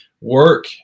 work